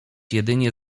jedynie